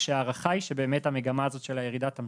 כשההערכה היא שבאמת המגמה הזאת של הירידה תמשיך.